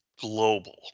global